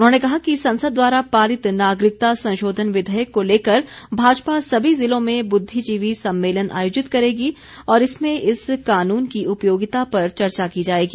उन्होंने कहा कि संसद द्वारा पारित नागरिकता संशोधन विधेयक को लेकर भाजपा सभी जिलों में बुद्विजीवी सम्मेलन आयोजित करेगी और इसमें इस कानून की उपयोगिता पर चर्चा की जाएगी